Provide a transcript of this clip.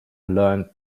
learned